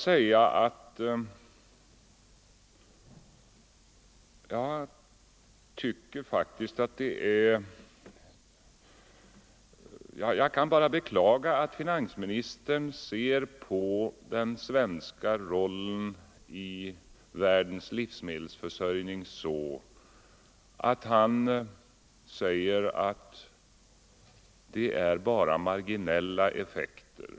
Sedan kan jag bara beklaga att finansministern ser på den svenska rollen i världens livsmedelsförsörjning på det sättet att den bara har marginella effekter.